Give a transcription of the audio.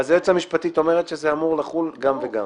אז היועצת המשפטית אומרת שזה אמור לחול גם וגם,